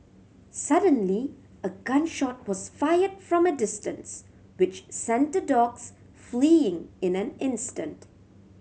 suddenly a gun shot was fired from a distance which sent dogs fleeing in an instant